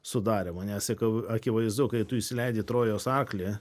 sudarymo nes sakau akivaizdu kai tu įsileidi trojos arklį